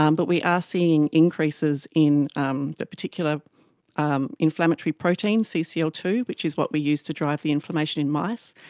um but we are seeing increases in um the particular um inflammatory protein, c c l two, which is what we used to drive the inflammation in mice.